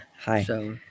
Hi